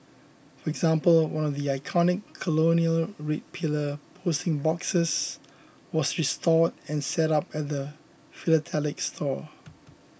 for example one of the iconic colonial red pillar posting boxes was restored and set up at the philatelic store